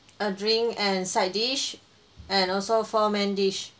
a drink and side dish and also four main dish